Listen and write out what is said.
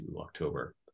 October